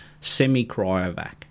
semi-cryovac